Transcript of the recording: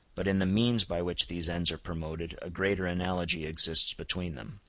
but in the means by which these ends are promoted a greater analogy exists between them.